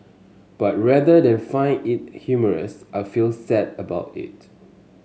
but rather than find it humorous I feel sad about it